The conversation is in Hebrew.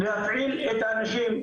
להפעיל את האנשים,